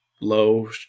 low